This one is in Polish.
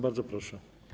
Bardzo proszę.